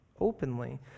openly